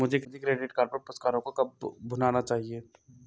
मुझे credit card पर पुरस्कारों को कब भुनाना चाहिए?